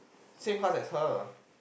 same class as her